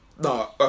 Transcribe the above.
No